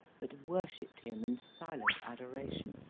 but worshipped him in silent adoration.